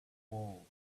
walls